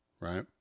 right